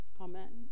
Amen